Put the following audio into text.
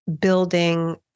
building